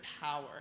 power